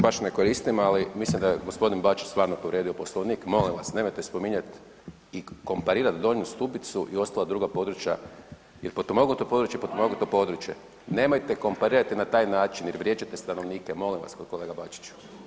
baš ne koristim ali mislim da je g. Bačić stvarno povrijedio Poslovnik, molim vas nemojte spominjati i komparirati Donju Stubicu i ostala druga područja jer potpomognuta područja i potpomognuto područje, nemojte komparirati na taj način jer vrijeđate stanovnike, molim vas kolega Bačić.